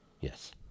Yes